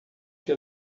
que